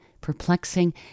perplexing